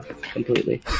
completely